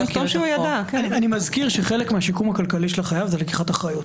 אני מזכיר שחלק מהשיקום הכלכלי של החייב זה לקיחת אחריות.